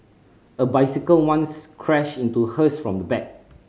a bicycle once crashed into hers from the back